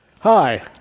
Hi